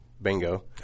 Bingo